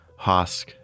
Hosk